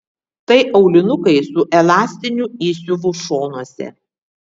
tai aulinukai su elastiniu įsiuvu šonuose